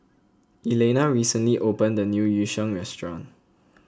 Elaina recently opened a new Yu Sheng restaurant